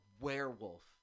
werewolf